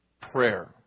prayer